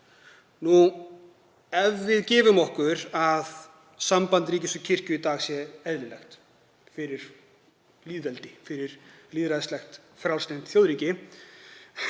Ef við gefum okkur að samband ríkis og kirkju í dag sé eðlilegt fyrir lýðveldi, lýðræðislegt frjálslynt þjóðríki,